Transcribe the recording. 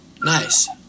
Nice